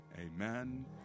Amen